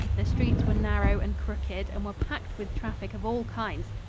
the streets were narrow and crooked and were packed with traffic of all kinds.